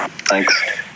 Thanks